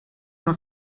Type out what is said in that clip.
uno